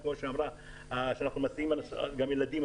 אנחנו גם מסיעים ילדים.